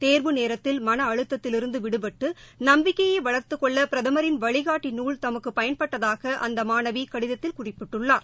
தேர்வு நேரத்தில் மன அழுத்தத்திலிருந்து விடுபட்டு நம்பிக்கையை வளர்த்துக் கொள்ள பிரதமரின் வழிகாட்டி நூல் தனக்கு பயன்பட்டதாக அந்த மாணவி கடிதத்தில் குறிப்பிட்டுள்ளார்